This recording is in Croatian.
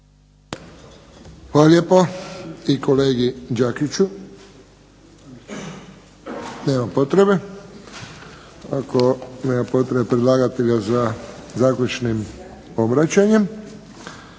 Hvala lijepo i kolegi Đakiću. Ako nema potrebe predlagatelja za zaključnim obraćanjem